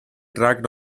tracked